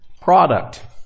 product